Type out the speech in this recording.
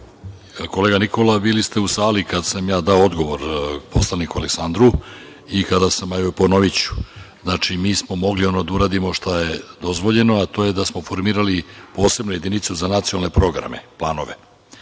Kolega Nikola, bili ste u sali kada sam dao odgovor poslaniku Aleksandru. Evo, ponoviću, mi smo mogli da uradimo ono šta je dozvoljeno, a to je da smo formirali posebnu jedinicu za nacionalne programe i planove.